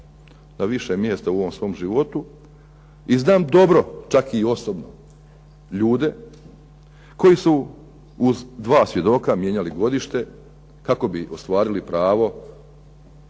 na više mjesta u ovom svom životu i znam dobro, čak i osobno, ljude koji su uz 2 svjedoka mijenjali godište kako bi ostvarili pravo